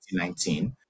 2019